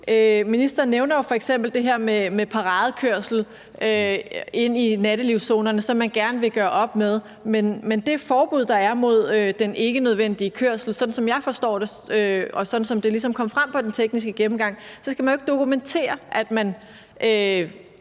Ministeren nævner f.eks. det her med paradekørsel ind i nattelivszonerne, som man gerne vil gøre op med. Men ved det forbud, der er imod den ikkenødvendige kørsel, skal man, sådan som jeg forstår det, og sådan som det ligesom kom frem ved den tekniske gennemgang, ikke dokumentere, at man